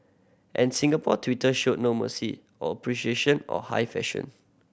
and Singapore Twitter showed no mercy or appreciation of high fashion